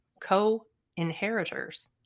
co-inheritors